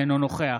אינו נוכח